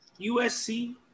USC